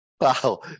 Wow